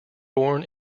born